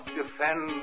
defend